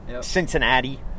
Cincinnati